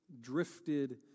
drifted